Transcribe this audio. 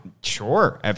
Sure